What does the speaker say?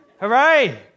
Hooray